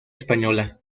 española